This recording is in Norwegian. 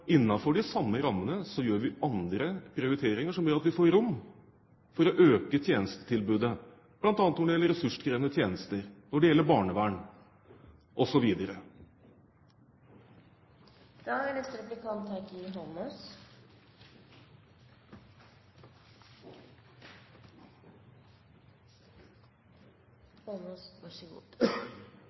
de samme rammene har vi andre prioriteringer som gjør at vi får rom for å øke tjenestetilbudet, bl.a. når det gjelder ressurskrevende tjenester, når det gjelder barnevern, osv. Jeg reiser en god del rundt i Kommune-Norge. Det er